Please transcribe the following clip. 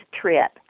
trip